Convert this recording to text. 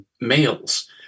males